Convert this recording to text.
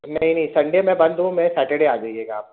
نہیں نہیں سنڈے میں بند ہوں میں سٹرڈے آ جائیے گا آپ